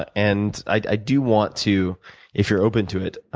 ah and i do want to if you're open to it,